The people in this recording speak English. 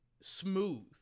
smooth